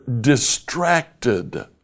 distracted